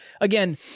Again